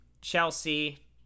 Chelsea